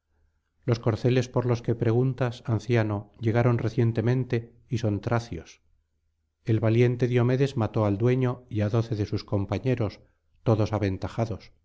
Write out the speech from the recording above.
los corceles por los que preguntas anciano llegaron recientemente y son tracios el valiente diomedes mató al dueño y á doce de sus compañeros todos aventajados